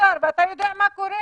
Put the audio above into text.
ואתה יודע מה קורה?